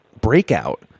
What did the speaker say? breakout